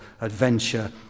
adventure